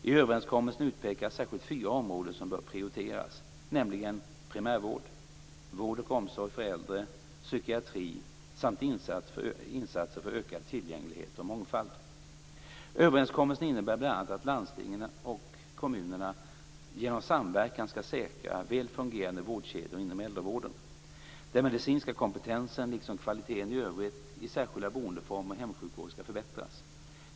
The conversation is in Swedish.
I överenskommelsen utpekas särskilt fyra områden som bör prioriteras, nämligen primärvård, vård och omsorg för äldre, psykiatri samt insatser för ökad tillgänglighet och mångfald. Överenskommelsen innebär bl.a. att landstingen och kommunerna genom samverkan skall säkra väl fungerande vårdkedjor inom äldrevården. Den medicinska kompetensen liksom kvaliteten i övrigt i särskilda boendeformer och i hemsjukvården skall förbättras.